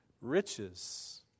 riches